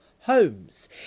homes